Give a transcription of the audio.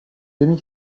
demi